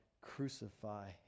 crucify